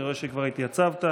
אני רואה שכבר התייצבת.